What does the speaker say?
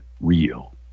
real